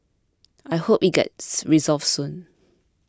I hope it gets resolved soon